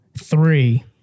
three